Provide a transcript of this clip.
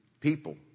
people